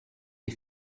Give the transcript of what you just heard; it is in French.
les